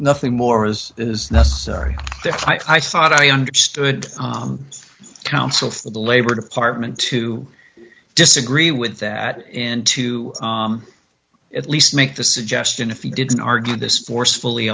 nothing more as is necessary i thought i understood the counsel for the labor department to disagree with that and to at least make the suggestion if he didn't argue this forcefully